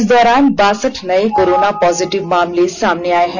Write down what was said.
इस दौरान बासठ नए कोरोना पॉजिटिव मामले सामने आए हैं